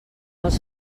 els